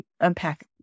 unpack